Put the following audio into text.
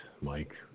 Mike